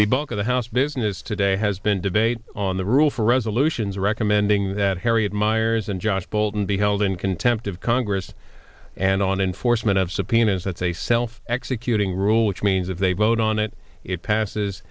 the bulk of the house business today has been debate on the rule for resolutions recommending that harriet miers and josh bolten be held in contempt of congress and on enforcement of subpoenas that's a self executing rule which means if they vote on it it passes